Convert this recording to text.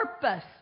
purpose